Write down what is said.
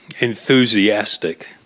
enthusiastic